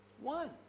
One